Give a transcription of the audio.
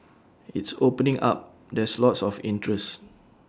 it's opening up there's lots of interest